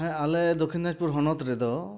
ᱦᱮᱸ ᱟᱞᱮ ᱫᱚᱠᱷᱤᱱ ᱫᱤᱱᱟᱡᱽᱯᱩᱨ ᱦᱚᱱᱚᱛ ᱨᱮᱫᱚ